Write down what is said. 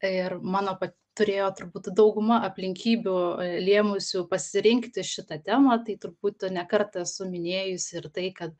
ir mano pat turėjo turbūt dauguma aplinkybių lėmusių pasirinkti šitą temą tai turbūt ne kartą esu minėjusi ir tai kad